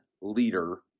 leader